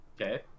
Okay